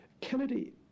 Kennedy